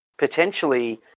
Potentially